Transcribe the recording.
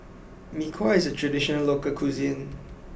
Mee Kuah is a traditional local cuisine